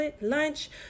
lunch